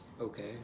okay